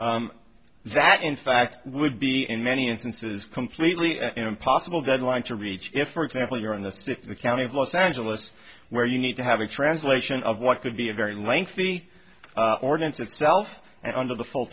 that in fact would be in many instances completely impossible deadline to reach if for example you're in the city county of los angeles where you need to have a translation of what could be a very lengthy ordinance itself and under the full